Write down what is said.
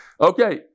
Okay